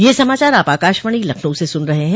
ब्रे क यह समाचार आप आकाशवाणी लखनऊ से सुन रहे हैं